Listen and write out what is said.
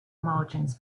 margins